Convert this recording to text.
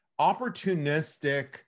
opportunistic